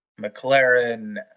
McLaren